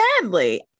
sadly